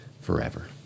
forever